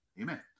Amen